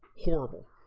horrible